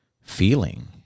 feeling